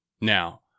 Now